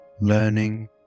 learning